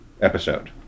episode